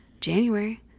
January